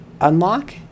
unlock